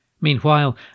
Meanwhile